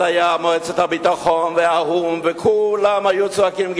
אז היו מועצת הביטחון והאו"ם, וכולם היו צועקים: